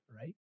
right